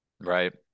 Right